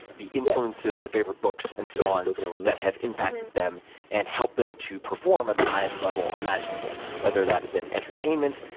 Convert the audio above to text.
the influences, the favored books and so on that have impacted them and helped them to perform at the highest level imaginable. whether that is in entertainment,